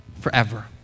forever